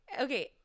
okay